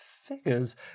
figures